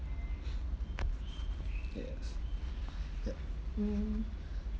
yes yup mm